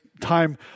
time